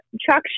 Chuck